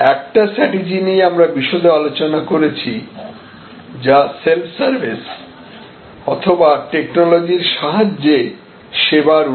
একটি স্ট্রাটেজি নিয়ে আমরা বিশদে আলোচনা করেছি যা সেলফ সার্ভিস অথবা টেকনোলজির সাহায্যে সেবার উন্নতি